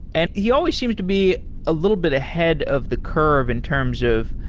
and he always seems to be a little bit ahead of the curve in terms of,